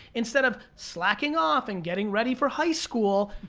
instead of slacking off and getting ready for high school,